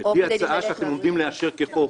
לפי ההצעה שאנחנו עומדים לאשר כחוק,